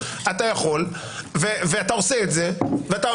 ואתה עושה זאת.